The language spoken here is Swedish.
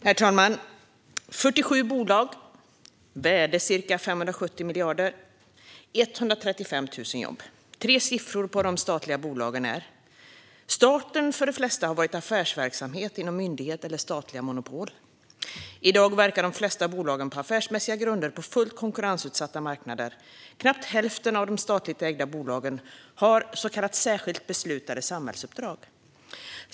Herr talman! 47 bolag, värde cirka 570 miljarder kronor, 135 000 jobb - tre siffror som gäller de statliga bolagen. Starten för de flesta har varit affärsverksamhet inom myndighet eller statliga monopol. I dag verkar de flesta av bolagen på affärsmässiga grunder på fullt konkurrensutsatta marknader. Knappt hälften av de statligt ägda bolagen har så kallade särskilt beslutade samhällsuppdrag.